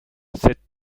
cette